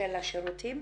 השירותים,